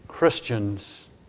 Christians